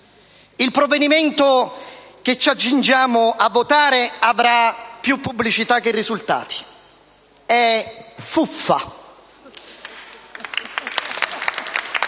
Il provvedimento che ci accingiamo a votare avrà più pubblicità che risultati. È fuffa.